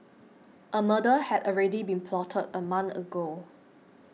a murder had already been plotted a month ago